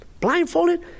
Blindfolded